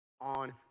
on